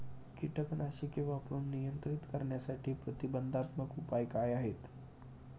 कीटकनाशके वापरून नियंत्रित करण्यासाठी प्रतिबंधात्मक उपाय काय आहेत?